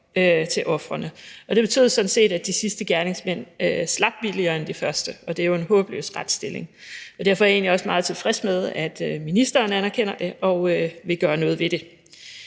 til ofrene. Det betød sådan set, at de sidste gerningsmænd slap billigere end de første, og det er jo en håbløs retsstilling. Derfor er jeg egentlig også meget tilfreds med, at ministeren anerkender det og vil gøre noget ved det.